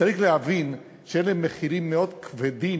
צריך להבין שאלה מחירים מאוד כבדים.